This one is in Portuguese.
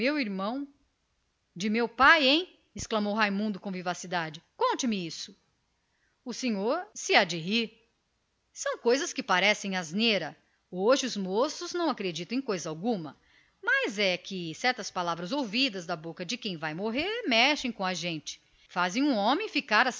irmão de meu pai exclamou raimundo vivamente oh conte-me isso o senhor há de rir-se são coisas que parecem asneira hoje os moços não acreditam em nada mas é que certas palavras ouvidas da boca de quem vai morrer mexem com a gente não acha fazem um homem ficar